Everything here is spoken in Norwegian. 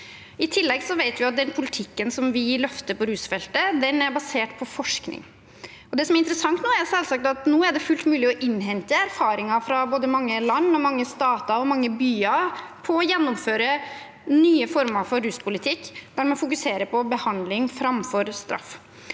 I tillegg vet vi at den politikken som vi løfter på rusfeltet, er basert på forskning. Det som selvsagt er interessant, er at nå er det fullt mulig å innhente erfaringer fra både mange land, mange stater og mange byer for å gjennomføre nye former for ruspolitikk, der man fokuserer på behandling framfor straff.